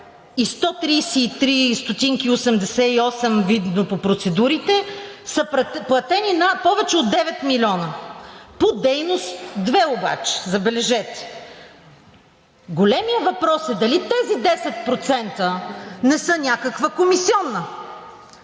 и 88 ст., видно по процедурите, са платени повече от 9 милиона по дейност 2, обаче – забележете! Големият въпрос е дали тези 10% не са някаква комисиона?